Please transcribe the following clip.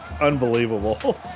Unbelievable